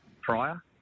prior